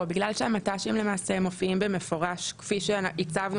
בגלל שהמט"שים מופיעים במפורש כפי שהצבנו